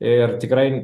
ir tikrai